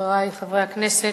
חברי חברי הכנסת,